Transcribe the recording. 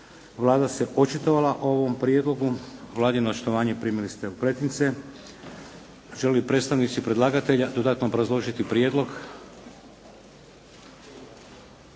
Vlada se očitovala o ovom prijedlogu. Vladino očitovanje primili ste u pretince. Žele li predstavnici predlagatelja dodatno obrazložiti prijedlog?